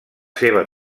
seva